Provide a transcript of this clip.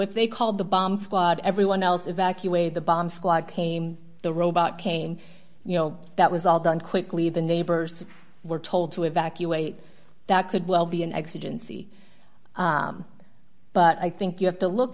if they called the bomb squad everyone else evacuated the bomb squad came the robot came you know that was all done quickly the neighbors were told to evacuate that could well be an accident see but i think you have to look